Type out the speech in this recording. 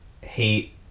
hate